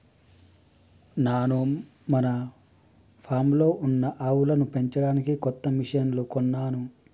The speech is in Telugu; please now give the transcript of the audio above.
నాను మన ఫామ్లో ఉన్న ఆవులను పెంచడానికి కొత్త మిషిన్లు కొన్నాను